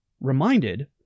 reminded